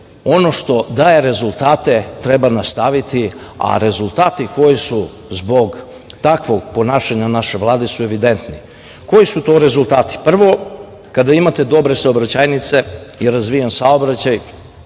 ono što daje rezultate treba nastaviti, a rezultati koji su zbog takvog ponašanja naše Vlade su evidentni. Koji su to rezultati? Prvo, kada imate saobraćajnice i razvijen saobraćaj,